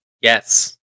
Yes